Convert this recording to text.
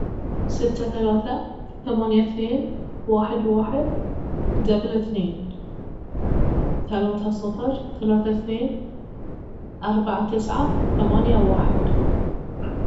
ستة ثلاثة ثمانية اثنين واحد واحد دبل اثنين ثلاثة صفر ثلاثة اثنين أربعة تسعة ثمانية واحد